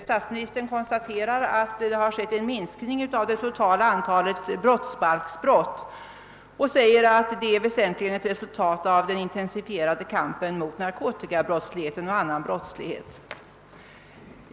Statsministern konstaterar att det totala antalet brottsbalksbrott har minskat och säger att detta väsentligen är ett resultat av den intensifierade kampen mot narkotikabrottsligheten och annan brottslighet.